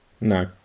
no